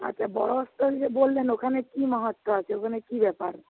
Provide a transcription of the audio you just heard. আচ্ছা বড় স্থল যে বললেন ওখানে কী মাহাত্ম্য আছে ওখানে কী ব্যাপার